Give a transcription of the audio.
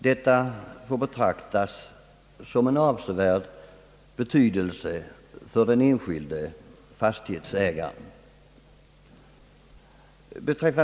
Detta får betraktas som varande av avsevärd betydelse för den enskilde fastighetsägaren.